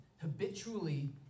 habitually